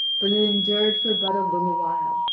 but it endured for but a little while.